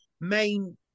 main